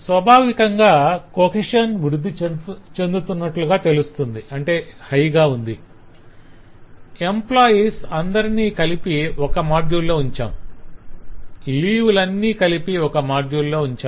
స్వభావికంగా cohesion వృద్ధి చెందుతున్నట్లుగా తెలుస్తుంది 'high' ఎంప్లాయిస్ అందరిని కలిపి ఒక మాడ్యూల్ లో ఉంచాం లీవ్ లన్ని కలిపి ఒక మాడ్యూల్ లో ఉంచాం